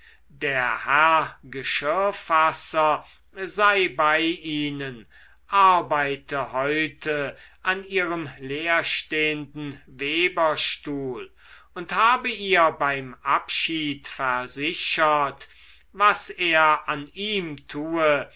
der herr geschirrfasser sei bei ihnen arbeite heute an ihrem leerstehenden weberstuhl und habe ihr beim abschied versichert was er an ihm tue